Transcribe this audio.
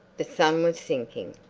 the sun was sinking.